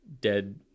dead